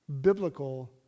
biblical